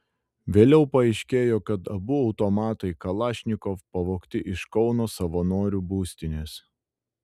vėliau paaiškėjo kad abu automatai kalašnikov pavogti iš kauno savanorių būstinės